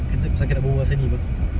kita bukan pasal nak berbual ni [pe]